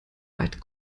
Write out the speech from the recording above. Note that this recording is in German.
weit